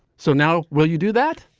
so now will you do that?